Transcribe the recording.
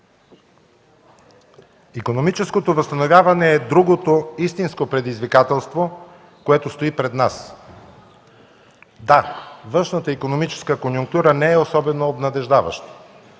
Икономическото възстановяване е другото истинско предизвикателство, което стои пред нас. Да, външната икономическа конюнктура не е особено обнадеждаваща,